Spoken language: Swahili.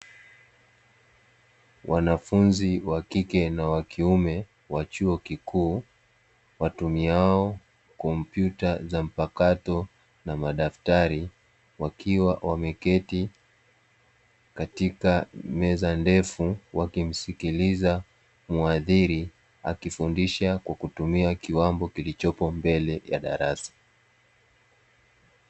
Wanafunzi wa kike na wa kiume wa chuo kikuu, watumiao kompyuta za mpakato na madaftari, wakiwa wameketi katika meza ndefu wakimsikiliza mhadhiri, akifundisha kwa kutumia kiwambo kilichopo mbele ya darasa.